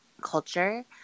culture